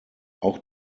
auch